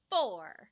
four